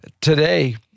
Today